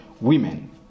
women